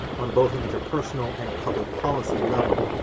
on both an interpersonal and a public policy level.